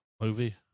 movie